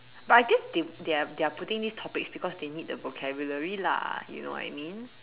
but I guess they they are putting these topics because they need the vocabulary lah you know what I mean